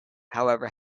however